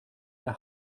der